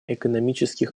экономических